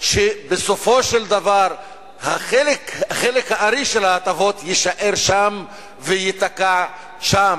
כשבסופו של דבר חלק הארי של ההטבות יישאר שם וייתקע שם?